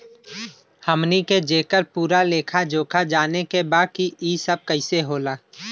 हमनी के जेकर पूरा लेखा जोखा जाने के बा की ई सब कैसे होला?